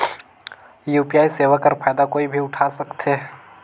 UPI सेवा कर फायदा कोई भी उठा सकथे?